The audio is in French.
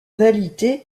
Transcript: réalité